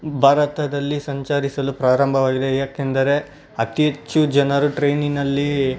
ಭಾರತದಲ್ಲಿ ಸಂಚರಿಸಲು ಪ್ರಾರಂಭವಾಗಿದೆ ಯಾಕೆಂದರೆ ಅತಿ ಹೆಚ್ಚು ಜನರು ಟ್ರೈನಿನಲ್ಲಿ